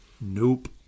Nope